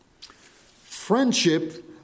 friendship